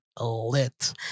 lit